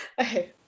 okay